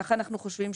כך אנחנו חושבים.